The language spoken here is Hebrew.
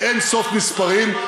אין-סוף מספרים,